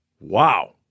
wow